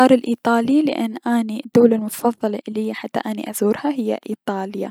راح اختار الأيطالي لأن اني الدولة المفضلة لدي حتى اني ازورها هي ايطاليا.